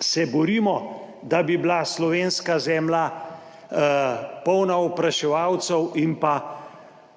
se borimo, da bi bila slovenska zemlja polna opraševalcev in pa